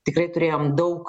tikrai turėjom daug